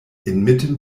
inmitten